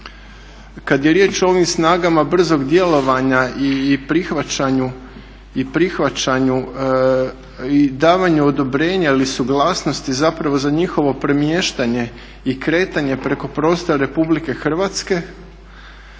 Kada je riječ o ovim snagama brzog djelovanja i prihvaćanju i davanju odobrenja ili suglasnosti za njihovo premještanje i kretanje preko prostora RH,